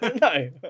No